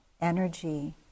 energy